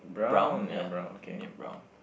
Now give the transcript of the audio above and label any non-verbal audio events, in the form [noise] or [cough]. brown ya [noise] brown